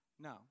No